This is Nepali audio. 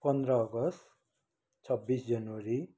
पन्ध्र अगस्त छब्बिस जनवरी